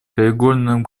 краеугольным